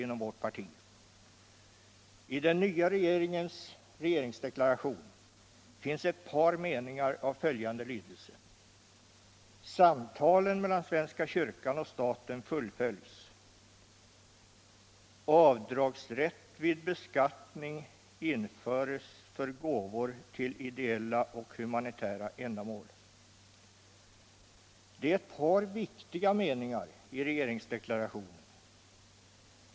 I den nya regeringens regeringsdeklaration finns ett par meningar av följande lydelse: ”Samtalen mellan svenska kyrkan och staten fullföljs. Det är ett par viktiga meningar i regeringsdeklarationen.